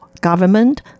government